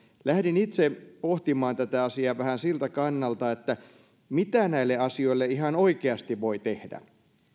lähdin itse pohtimaan tätä asiaa vähän siltä kannalta että mitä näille asioille ihan oikeasti voi tehdä